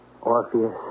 Orpheus